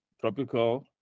tropical